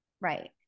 Right